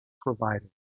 provider